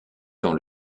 dans